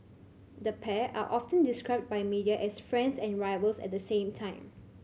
the pair are often described by media as friends and rivals at the same time